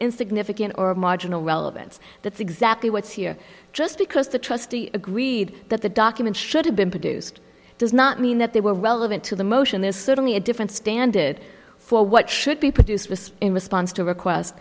in significant or marginal relevance that's exactly what's here just because the trustee agreed that the document should have been produced does not mean that they were relevant to the motion there's certainly a different standard for what should be produced was in response to request